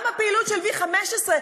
גם הפעילות של 15V,